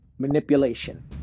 Manipulation